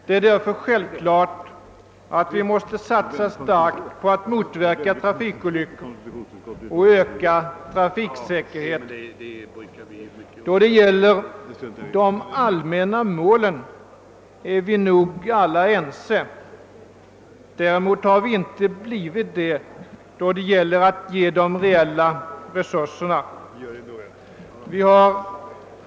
Det är därför självklart att vi måste satsa starkt på att motverka trafikolyckor och öka trafiksäkerheten. Då det gäller de allmänna målen är vi nog alla överens, vilket vi dock inte blivit beträffande tillskjutande av de reella resurserna.